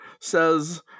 says